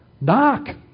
knock